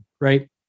right